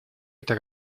эта